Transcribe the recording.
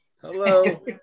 Hello